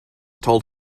told